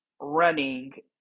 running